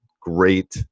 Great